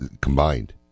combined